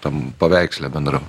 tam paveiksle bendram